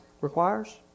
requires